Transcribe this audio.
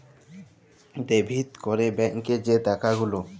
debit ক্যরে ব্যাংকে যে টাকা গুলা